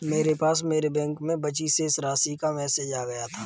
मेरे पास मेरे बैंक में बची शेष राशि का मेसेज आ गया था